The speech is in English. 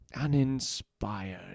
uninspired